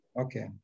Okay